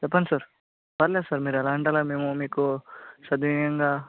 చెప్పండి సార్ పరవాలేదు సార్ మీరు ఎలా అంటే అలా మేము మీకు సద్వినియంగా